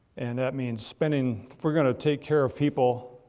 and that means spending. if we're going to take care of people,